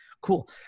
Cool